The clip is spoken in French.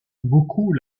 beaucoup